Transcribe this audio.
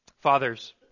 Fathers